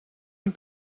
een